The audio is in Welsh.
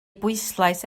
bwyslais